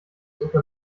suche